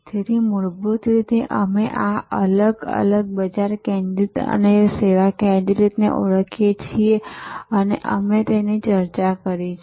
તેથી મૂળભૂત રીતે અમે આ બે અલગ અલગ બજાર કેન્દ્રિત અને સેવા કેન્દ્રિતને ઓળખીએ છીએ અમે તેની ચર્ચા કરી છે